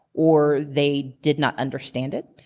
or they did not understand it.